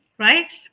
Right